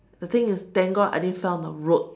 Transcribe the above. the thing is thank God I didn't fell on the road